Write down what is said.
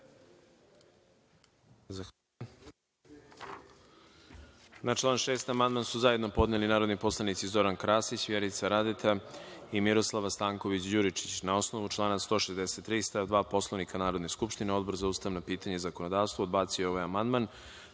član 6. amandman su zajedno podneli narodni poslanici Zoran Krasić, Vjerica Radeta i Miroslava Stanković Đuričić. Na član 163. stav 2. Poslovnika Narodne skupštine, Odbor za ustavna pitanja i zakonodavstvo odbacio je ovaj amandman,